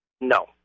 No